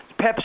Pepsi